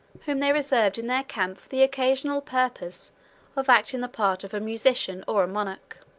whom they reserved in their camp for the occasional purpose of acting the part of a musician or a monarch.